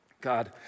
God